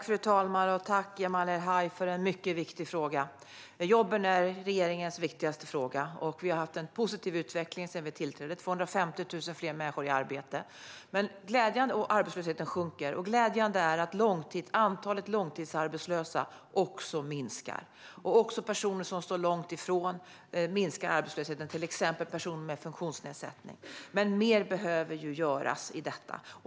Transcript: Fru talman! Tack, Jamal El-Haj, för en mycket viktig fråga! Jobben är regeringens viktigaste fråga, och vi har haft en positiv utveckling sedan vi tillträdde med 250 000 fler människor i arbete och en sjunkande arbetslöshet. Glädjande är att antalet långtidsarbetslösa också minskar. Också bland personer som står långt från arbetsmarknaden minskar arbetslösheten, till exempel personer med funktionsnedsättning. Men mer behöver göras i detta.